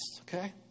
okay